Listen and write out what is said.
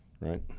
Right